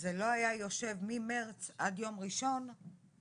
זה לא היה יושב ממרץ עד יום ראשון במגירה.